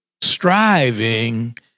Striving